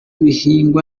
bihingwa